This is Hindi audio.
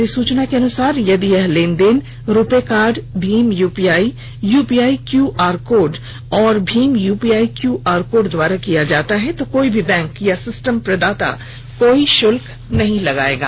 अधिसूचना के अनुसार यदि यह लेनदेन रुपे कार्ड भीम UPI UPI Q R code और भीम यूपीआई क्यू आर कोड द्वारा किया जाता है तो कोई भी बैंक या सिस्टम प्रदाता कोई शुल्क नहीं लगायेगा